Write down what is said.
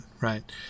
right